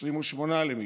28 למיליון,